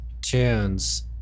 tunes